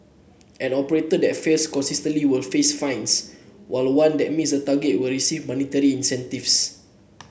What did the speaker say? an operator that fails consistently will face fines while one that meets targets will receive monetary incentives